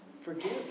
forgive